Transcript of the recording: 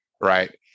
Right